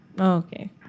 Okay